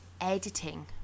editing